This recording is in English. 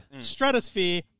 Stratosphere